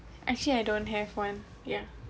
actually I don't have one yeah